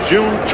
June